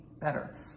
better